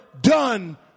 done